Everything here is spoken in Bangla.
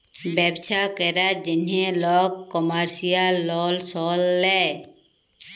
ব্যবছা ক্যরার জ্যনহে লক কমার্শিয়াল লল সল লেয়